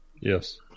Yes